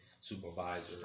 supervisor